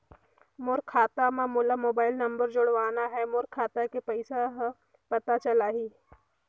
मोर खाता मां मोला मोबाइल नंबर जोड़वाना हे मोर खाता के पइसा ह पता चलाही?